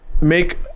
make